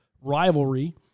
Rivalry